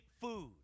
food